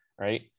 right